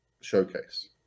showcase